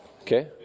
Okay